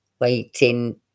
waiting